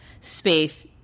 space